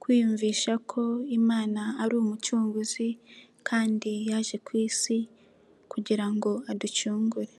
kwiyumvisha ko Imana ari umucunguzi kandi yaje ku isi kugira ngo aducungure.